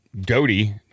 Doty